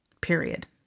Period